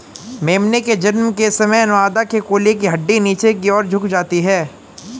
मेमने के जन्म के समय मादा के कूल्हे की हड्डी नीचे की और झुक जाती है